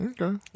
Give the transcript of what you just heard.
Okay